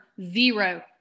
zero